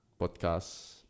podcast